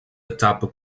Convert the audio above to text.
étapes